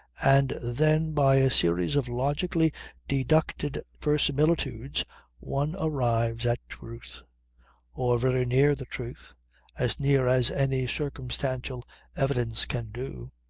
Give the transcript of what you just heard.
and then by a series of logically deducted verisimilitudes one arrives at truth or very near the truth as near as any circumstantial evidence can do.